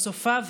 בסופה,